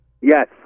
Yes